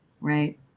right